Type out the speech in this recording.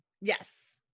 yes